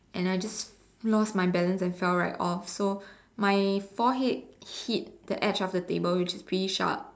and I just lost my balance and fell right off so my forehead hit the edge of the table which is pretty sharp